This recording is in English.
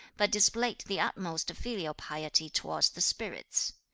but displayed the utmost filial piety towards the spirits.